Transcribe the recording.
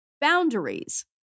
Boundaries